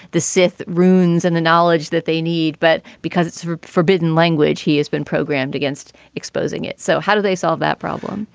the sith ruins and the knowledge that they need. but because it's a forbidden language, he has been programmed against exposing it. so how do they solve that problem?